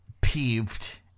peeved